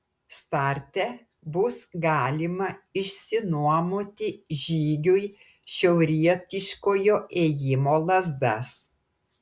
starte bus galima išsinuomoti žygiui šiaurietiškojo ėjimo lazdas